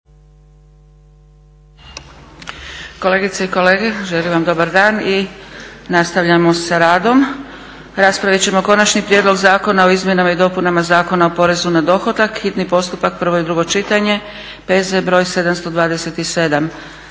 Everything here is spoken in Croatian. Kolegice i kolege, želim vam dobar dan i nastavljamo sa radom. Raspravit ćemo - Konačni prijedlog zakona o izmjenama i dopunama Zakona o porezu na dohodak, hitni postupak, prvo i drugo čitanje, P.Z. br. 727